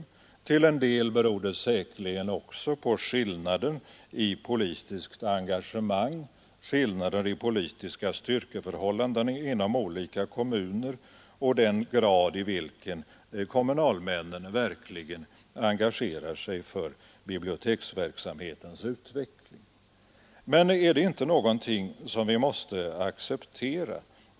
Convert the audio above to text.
Till en del beror det säkerligen också på skillnader i politiskt engagemang, skillnader i politiska styrkeförhållanden inom olika kommuner och den grad i vilken kommunalmännen verkligen engagerar sig för biblioteksverksamhetens utveckling. Men är inte detta någonting som vi måste acceptera?